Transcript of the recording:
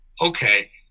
okay